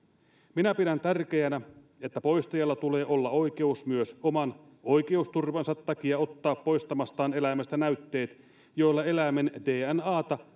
minä pidän tärkeänä että poistajalla tulee olla oikeus myös oman oikeusturvansa takia ottaa poistamastaan eläimestä näytteet joilla eläimen dnata